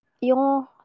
Yung